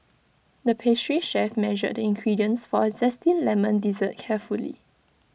the pastry chef measured the ingredients for A Zesty Lemon Dessert carefully